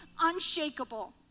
unshakable